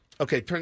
Okay